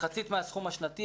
מחצית מהסכום השנתי,